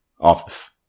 office